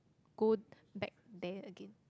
go back there again